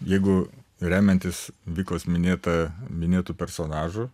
jeigu remiantis vikos minėta minėtu personažu